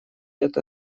это